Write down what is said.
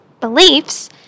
beliefs